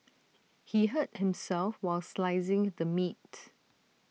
he hurt himself while slicing the meat